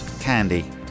candy